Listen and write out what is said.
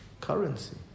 Currency